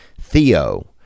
Theo